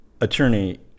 attorney